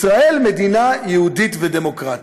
ישראל מדינה יהודית ודמוקרטית,